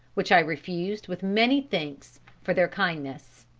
which i refused with many thanks for their kindness,